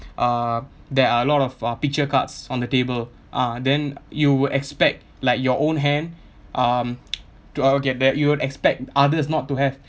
uh there are a lot of uh picture cards on the table uh then you would expect like your own hand um to I'll get back you would expect others not to have